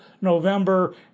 November